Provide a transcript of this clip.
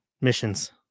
missions